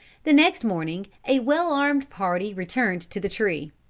the next morning a well armed party returned to the tree.